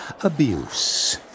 Abuse